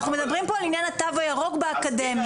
אנחנו מדברים פה על עניין התו הירוק באקדמיה.